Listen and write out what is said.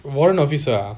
warrant officer ah